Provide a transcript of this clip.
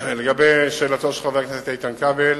לגבי שאלתו של חבר הכנסת איתן כבל,